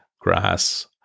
grass